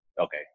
okay